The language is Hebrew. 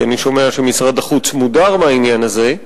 כי אני שומע שמשרד החוץ מודר מהעניין הזה,